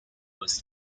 was